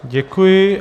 Děkuji.